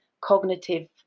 cognitive